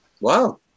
Wow